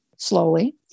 slowly